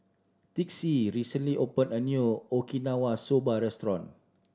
Texie recently opened a new Okinawa Soba Restaurant